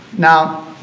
now,